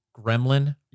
gremlin